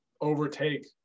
overtake